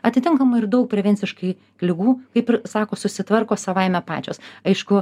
atitinkamai ir daug prevenciškai ligų kaip ir sako susitvarko savaime pačios aišku